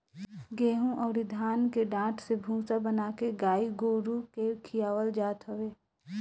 गेंहू अउरी धान के डाठ से भूसा बना के गाई गोरु के खियावल जात हवे